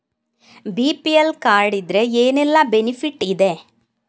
BPL card ಇದ್ರೆ ಏನೆಲ್ಲ benefit ಇದೆ?